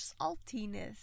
saltiness